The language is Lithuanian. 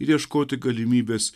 ir ieškoti galimybės